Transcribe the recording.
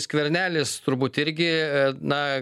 skvernelis turbūt irgi na